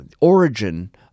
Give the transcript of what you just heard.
origin